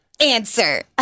answer